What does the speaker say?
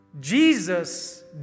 Jesus